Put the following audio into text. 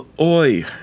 Oi